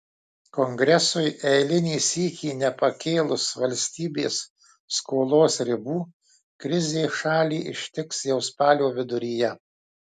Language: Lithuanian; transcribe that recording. kongresui eilinį sykį nepakėlus valstybės skolos ribų krizė šalį ištiks jau spalio viduryje